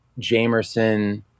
Jamerson